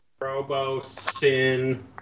Robo-sin